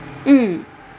mm